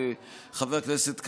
וחבר הכנסת קריב,